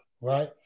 right